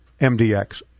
MDX